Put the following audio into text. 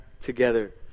together